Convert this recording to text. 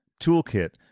toolkit